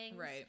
right